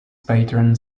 patron